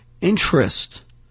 interest